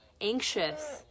anxious